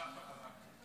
משכת חזק.